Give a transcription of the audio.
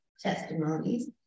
testimonies